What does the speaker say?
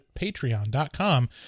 patreon.com